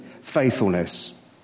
faithfulness